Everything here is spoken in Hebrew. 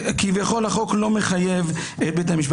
כביכול החוק לא מחייב את בית המשפט.